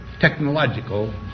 technological